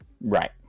Right